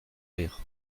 rire